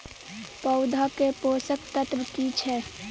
पौधा के पोषक तत्व की छिये?